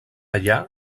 allà